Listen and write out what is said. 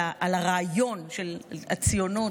על הרעיון של הציונות.